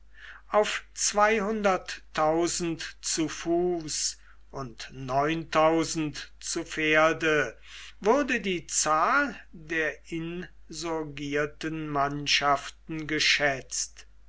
auf zu fuß und zu pferde wurde die zahl der insurgierten mannschaften geschätzt